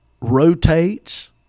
rotates